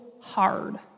hard